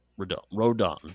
Rodon